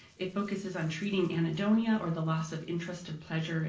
it focuses on treating anadonia or the last of interest in pleasure and